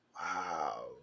Wow